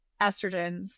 estrogens